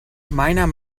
meiner